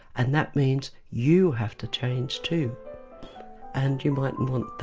and that means you have to change too and you mightn't want